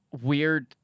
weird